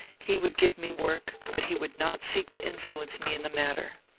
he would give me work, but he would not seek to influence me in the matter.